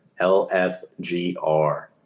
lfgr